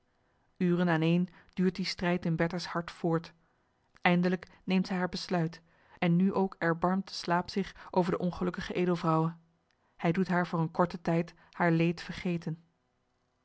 uren aaneen duurt die strijd in bertha's hart voort eindelijk neemt zij haar besluit en nu ook erbarmt de slaap zich over de ongelukkige edelvrouwe hij doet haar voor een korten tijd haar leed vergeten